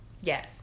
Yes